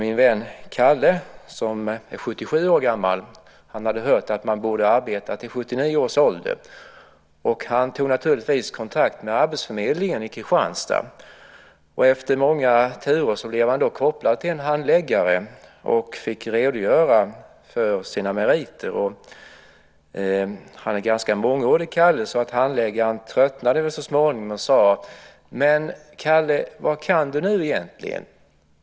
Min vän Kalle, som är 77 år gammal, hade hört att man borde arbeta till 79 års ålder. Han tog kontakt med arbetsförmedlingen i Kristianstad. Efter många turer blev han kopplad till en handläggare och fick redogöra för sina meriter. Kalle är ganska mångordig, så handläggaren tröttnade väl så småningom och sade: Men, Kalle, vad kan du nu egentligen?